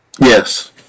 Yes